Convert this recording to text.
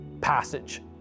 passage